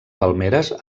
palmeres